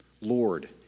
Lord